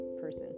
person